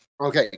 Okay